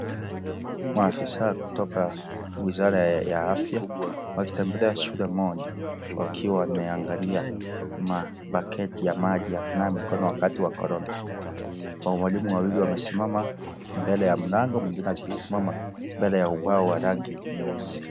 Maafisa kutoka wizara ya afya, wakitembelea shule moja, wakiwa wameangalia mabaketi ya maji ya kunawa mikono, wakati wa korona. Walimu wawili wamesimama mbele ya mlango, mwingine akisimama mbele ya ubao wa rangi nyeusi.